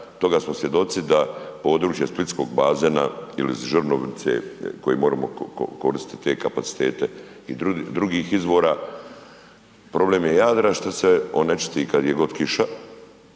toga smo svjedoci da područje splitskog bazena ili Žrnovnice koji moramo koristiti te kapacitete i drugih izvora. Problem je Jadra što se onečisti kad je god kiša